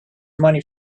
money